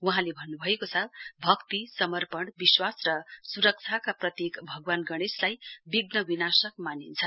वहाँले भन्न्भएको छ भक्ति समपर्ण विश्वास र सुरक्षाका प्रतीक भगवान गणेषलाई विघ्न विनाशक मानिन्छ